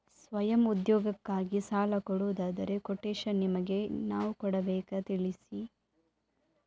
ಸ್ವಯಂ ಉದ್ಯೋಗಕ್ಕಾಗಿ ಸಾಲ ಕೊಡುವುದಾದರೆ ಕೊಟೇಶನ್ ನಿಮಗೆ ನಾವು ಕೊಡಬೇಕಾ ತಿಳಿಸಿ?